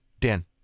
Dan